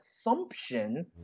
assumption